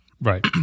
right